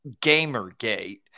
GamerGate